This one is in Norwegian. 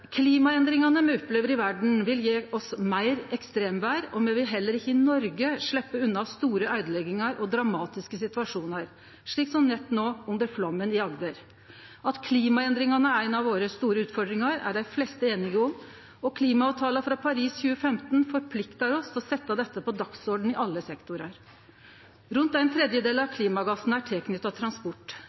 Klimaendringane me opplever i verda, vil gje oss meir ekstremvêr, og me vil heller ikkje i Noreg sleppe unna store øydeleggingar og dramatiske situasjonar, slik som nett no under flaumen i Agder. At klimaendringane er ei av våre store utfordringar, er dei fleste einige om, og klimaavtalen frå Paris i 2015 forpliktar oss til å setje dette på dagsordenen i alle sektorar. Rundt ein tredel av klimagassen er knytt til transport.